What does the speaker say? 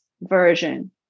version